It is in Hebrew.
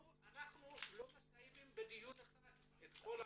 אנחנו לא מסיימים בדיון אחד את כל העבודה.